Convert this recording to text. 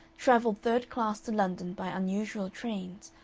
travelled third class to london by unusual trains,